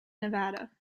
nevada